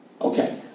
Okay